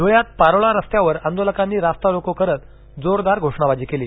ध्वळ्यात पारोळा रस्त्यावर आंदोलकांनी रास्तारोको करत जोरदार घोषणाबाजी केली